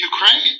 Ukraine